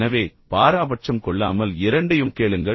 எனவே பாராபட்சம் கொள்ளாமல் இரண்டையும் கேளுங்கள்